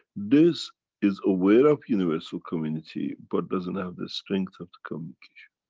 this is aware of universal community but doesn't have the strength of the communication.